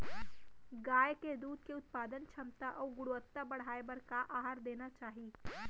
गाय के दूध के उत्पादन क्षमता अऊ गुणवत्ता बढ़ाये बर का आहार देना चाही?